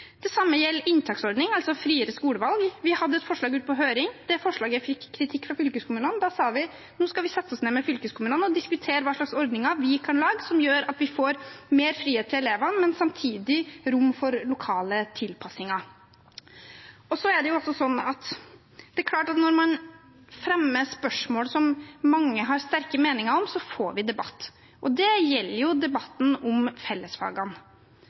Det samme gjelder inntaksordningen, altså friere skolevalg. Vi har hatt et forslag ute på høring. Det forslaget fikk kritikk fra fylkeskommunene. Da sa vi at nå skulle vi sette oss ned med fylkeskommunene og diskutere hva slags ordninger vi kan lage som gjør at vi får mer frihet til elevene, men samtidig rom for lokale tilpasninger. Det er klart at når man fremmer et spørsmål som mange har sterke meninger om, får vi debatt. Det gjelder debatten om fellesfagene.